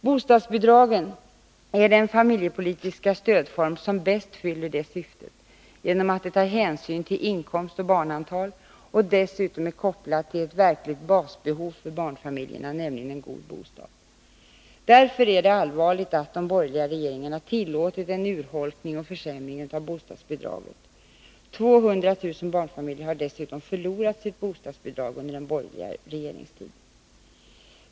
Bostadsbidragen är den familjepolitiska stödform som bäst fyller det syftet genom att de tar hänsyn till inkomst och barnantal och dessutom är kopplade till ett verkligt basbehov för barnfamiljerna, nämligen en god bostad. Därför är det allvarligt att de borgerliga regeringarna tillåtit en urholkning och försämring av bostadsbidragen. 200 000 barnfamiljer har dessutom förlorat sina bostadsbidrag under den borgerliga regeringstiden.